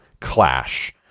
clash